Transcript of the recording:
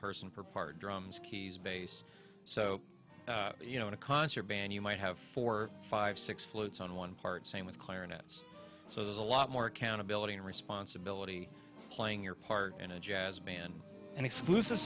person for part drums keys bass so you know in a concert band you might have four five six flutes on one part same with clarinet so there's a lot more accountability and responsibility playing your part in a jazz band and exclusive